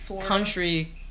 country